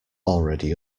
already